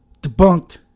Debunked